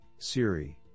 Siri